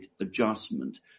adjustment